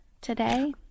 today